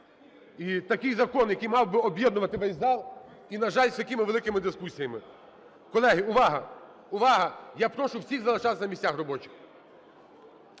І такий закон, який мав би об'єднувати весь зал - і, на жаль, з такими великими дискусіями. Колеги, увага! Увага! Я прошу всіх залишатися на місцях робочих.